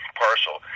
parcel